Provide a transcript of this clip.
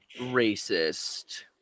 racist